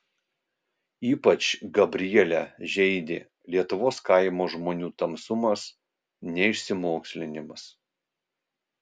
ypač gabrielę žeidė lietuvos kaimo žmonių tamsumas neišsimokslinimas